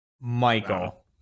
Michael